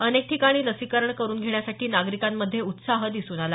अनेक ठिकाणी लसीकरण करुन घेण्यासाठी नागरीकांमध्ये उत्साह दिसून आला